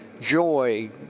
joy